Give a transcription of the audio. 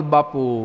Bapu